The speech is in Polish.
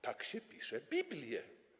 Tak się pisze Biblię.